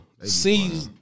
See